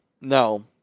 no